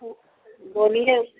बोलीये